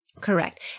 Correct